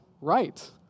right